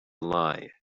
lie